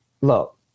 look